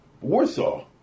Warsaw